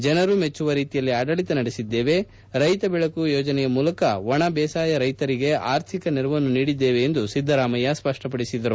ಜನರು ಮೆಚ್ಚುವ ರೀತಿಯಲ್ಲಿ ಆಡಳಿತ ನಡೆಸಿದ್ದೇವೆ ರೈತ ಬೆಳಕು ಯೋಜನೆಯ ಮೂಲಕ ಒಣ ಬೇಸಾಯ ರೈತರಿಗೆ ಅರ್ಥಿಕ ನೆರವನ್ನು ನೀಡಿದ್ದೇವೆ ಎಂದು ಸಿದ್ದರಾಮಯ್ನ ಸ್ಪಷ್ಟಪಡಿಸಿದರು